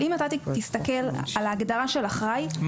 אם אתה תסתכל על הגדרת אחראי,